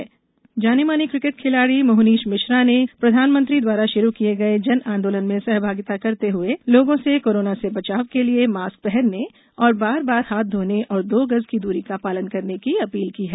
जन आंदोलन जाने माने किकेट खिलाड़ी मोहनीश मिश्रा ने प्रधानमंत्री द्वारा शुरू किये गए जन आंदोलन में सहभागिता करते हुए लोगों से कोरोना से बचाव के लिए मास्क पहनने और बार बार हाथ धोने और दो गज की दूरी का पालन करने की अपील की है